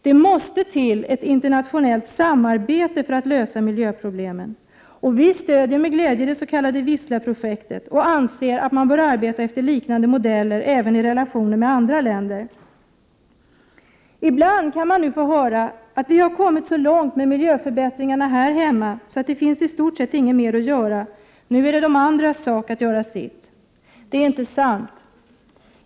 Det måste till ett internationellt samarbete för att lösa miljöproblemen. Vi stöder med glädje det s.k. Wislaprojektet och anser att man bör arbeta efter liknande modeller även i relationerna med andra länder. Ibland kan man få höra att vi nu har kommit så långt med miljöförbättringarna här hemma att det i stort sett inte finns mer att göra. Nu är det de andras sak att göra sitt. Det är inte sant.